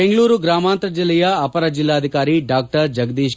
ಬೆಂಗಳೂರು ಗ್ರಾಮಾಂತರ ಜಿಲ್ಲೆಯ ಅಪರ ಜಿಲ್ಲಾಧಿಕಾರಿ ಡಾಜಗದೀಶ್